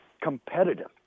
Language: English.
competitive